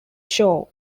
show